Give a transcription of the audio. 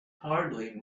hardly